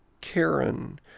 Karen